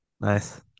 Nice